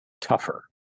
tougher